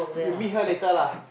you meet her later lah